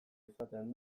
izaten